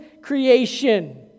creation